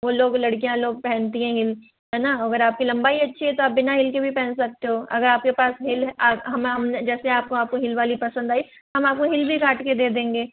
वह लोग लड़कियाँ लोग पहनती हैं हिल है न अगर आपकी लम्बाई अच्छी है तो आप बिना हिल के पहन सकते हो अगर आप के पास हिल हम हम जैसे आपको आपको हिल वाली पसंद आई तो हम आपको हिल भी काट कर दे देंगे